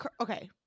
okay